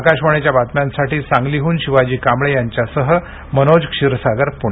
आकाशवाणीच्या बातम्यांसाठी सांगलीहन शिवाजी कांबळे यांच्यासह मनोज क्षीरसागर पुणे